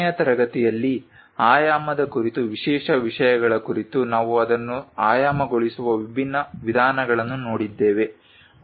ಕೊನೆಯ ತರಗತಿಯಲ್ಲಿ ಆಯಾಮದ ಕುರಿತು ವಿಶೇಷ ವಿಷಯಗಳ ಕುರಿತು ನಾವು ಅದನ್ನು ಆಯಾಮಗೊಳಿಸುವ ವಿಭಿನ್ನ ವಿಧಾನಗಳನ್ನು ನೋಡಿದ್ದೇವೆ